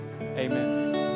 amen